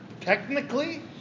technically